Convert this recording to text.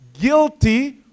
guilty